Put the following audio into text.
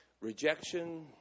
Rejection